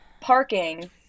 Parking